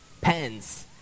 pens